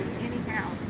anyhow